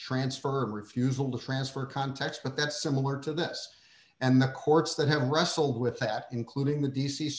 transfer refusal to transfer context but that's similar to this and the courts that have wrestled with that including the d